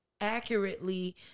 accurately